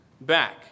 back